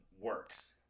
works